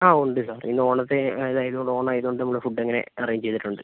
ആ ഉണ്ട് സാർ ഇന്ന് ഓണത്തെ അതായതുകൊണ്ട് ഓണായാതൊണ്ട് നമ്മൾ ഫുഡങ്ങനെ നമ്മൾ അറേഞ്ച് ചെയ്തിട്ടുണ്ട്